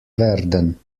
werden